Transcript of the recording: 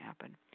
happen